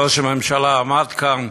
ראש הממשלה עמד כאן,